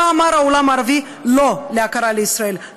שבה אמר העולם הערבי לא להכרה בישראל,